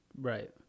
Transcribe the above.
Right